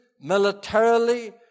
militarily